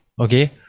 okay